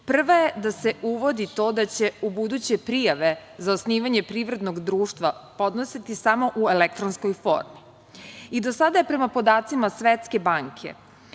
je da se uvodi to da će ubuduće prijave za osnivanje privrednog društva podnositi samo u elektronskoj formi. Prema podacima Svetske banke,